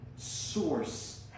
Source